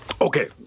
Okay